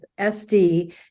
SD